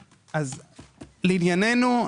לענייננו,